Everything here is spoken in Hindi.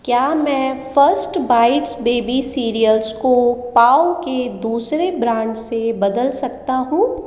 क्या मैं फ़र्स्ट बाईट्स बेबी सीरियल्स को पाव के दूसरे ब्रांड से बदल सकता हूँ